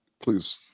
Please